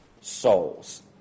souls